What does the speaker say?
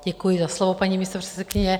Děkuji za slovo, paní místopředsedkyně.